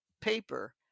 paper